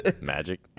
Magic